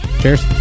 Cheers